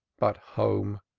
but home.